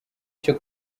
cyo